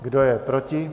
Kdo je proti?